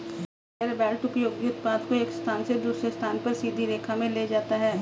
conveyor belt उपयोगी उत्पाद को एक स्थान से दूसरे स्थान पर सीधी रेखा में ले जाता है